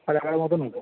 সাড়ে এগারো মতো নোবো